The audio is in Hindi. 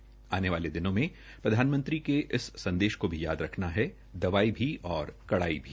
आने वाले दिनों में प्रधानमंत्री के इस संदेश को भी याद रखना है दवाई भी और कड़ाई भी